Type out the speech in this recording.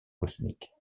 cosmique